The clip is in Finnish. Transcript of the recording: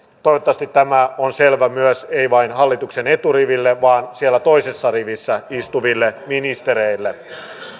toivottavasti tämä on selvä ei vain hallituksen eturiville vaan myös siellä toisessa rivissä istuville ministereille